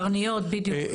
קרניות, בדיוק.